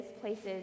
places